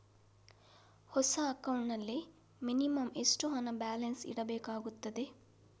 ಹೊಸ ಅಕೌಂಟ್ ನಲ್ಲಿ ಮಿನಿಮಂ ಎಷ್ಟು ಹಣ ಬ್ಯಾಲೆನ್ಸ್ ಇಡಬೇಕಾಗುತ್ತದೆ?